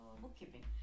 bookkeeping